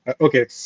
Okay